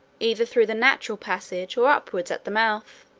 either through the natural passage or upwards at the mouth.